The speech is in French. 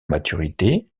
maturité